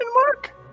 mark